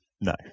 No